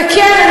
וכן,